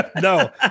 No